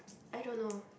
I don't know